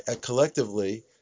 collectively